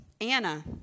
Anna